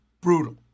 brutal